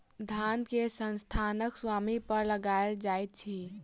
धन कर संस्थानक स्वामी पर लगायल जाइत अछि